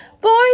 born